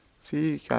see